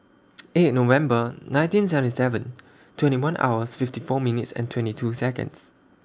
eight November nineteen seventy seven twenty one hours fifty four minutes and twenty two Seconds